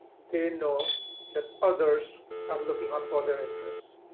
they know that others are looking out for their interests.